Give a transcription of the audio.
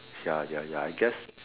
ya ya ya I guess